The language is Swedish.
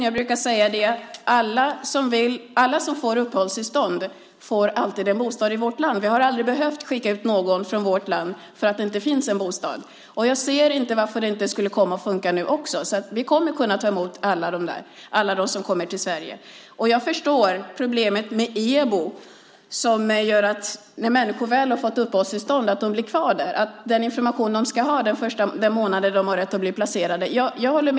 Jag brukar säga att alla som får uppehållstillstånd får en bostad i vårt land. Vi har aldrig behövt skicka ut någon från vårt land för att det inte finns en bostad. Jag kan inte se varför det inte skulle funka nu. Vi kommer att kunna ta emot alla som kommer till Sverige. Jag förstår problemet med EBO som gör att människor blir kvar när de väl har fått uppehållstillstånd. Den information de ska ha den månad de har rätt att bli placerade är bristfällig.